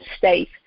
safe